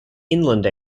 inland